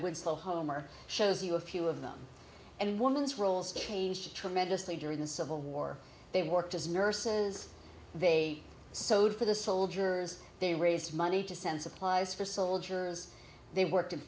slow homer shows you a few of them and women's roles changed tremendously during the civil war they worked as nurses they sewed for the soldiers they raised money to send supplies for soldiers they worked in